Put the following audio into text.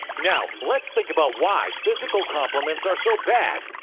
now let's think about why physical compliments are so bad.